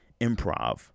improv